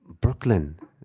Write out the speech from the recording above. Brooklyn